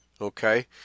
okay